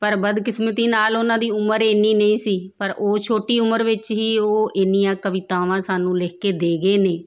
ਪਰ ਬਦਕਿਸਮਤੀ ਨਾਲ ਉਹਨਾਂ ਦੀ ਉਮਰ ਇੰਨੀ ਨਹੀਂ ਸੀ ਪਰ ਉਹ ਛੋਟੀ ਉਮਰ ਵਿੱਚ ਹੀ ਉਹ ਇੰਨੀਆਂ ਕਵਿਤਾਵਾਂ ਸਾਨੂੰ ਲਿਖ ਕੇ ਦੇ ਗਏ ਨੇ